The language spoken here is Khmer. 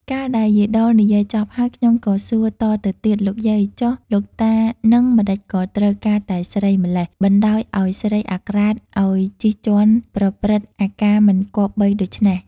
កាលដែលយាយដុលនិយាយចប់ហើយ ខ្ញុំក៏សួរតទៅទៀត "លោកយាយ! ចុះលោកតាហ្នឹងម្តេចក៏ត្រូវ ការតែស្រីម៉្លេះ! បណ្តោយឲ្យស្រីអាក្រាតឲ្យជិះជាន់ប្រព្រឹត្តអាការមិនគប្បីដូច្នេះ?។